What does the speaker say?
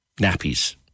nappies